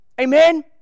Amen